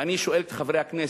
ואני שואל את חברי הכנסת,